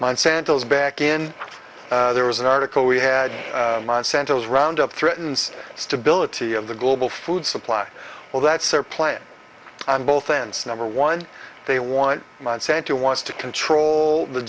monsanto's back in there was an article we had monsanto's roundup threatens stability of the global food supply well that's their plan on both ends number one they want monsanto wants to control the